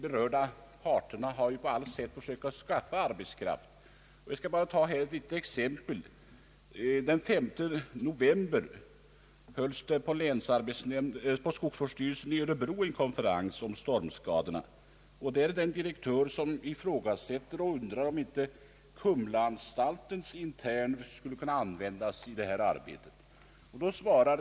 Berörda parter har på allt sätt försökt skaffa arbetskraft, och jag vill nämna ett litet exempel. Den 5 november hölls på skogsvårdsstyrelsen i Örebro en konferens om stormskadorna. Då ifrågasatte en direktör om inte Kumlaanstaltens interner skulle kunna användas i detta arbete.